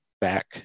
back